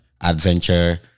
adventure